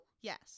Yes